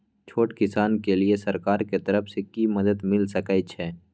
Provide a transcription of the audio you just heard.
छोट किसान के लिए सरकार के तरफ कि मदद मिल सके छै?